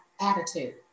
attitude